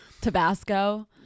Tabasco